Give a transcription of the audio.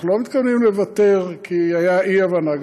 אנחנו לא מתכוונים לוותר כי הייתה אי-הבנה,